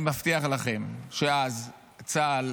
אני מבטיח לכם שאז צה"ל